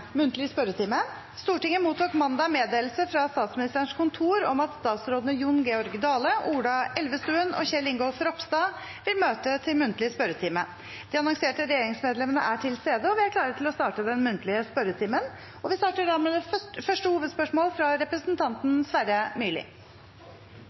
Stortinget mottok mandag meddelelse fra Statsministerens kontor om at statsrådene Jon Georg Dale, Ola Elvestuen og Kjell Ingolf Ropstad vil møte til muntlig spørretime. De annonserte regjeringsmedlemmene er til stede, og vi er klare til å starte den muntlige spørretimen. Vi starter da med første hovedspørsmål,